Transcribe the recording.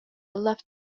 left